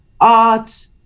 art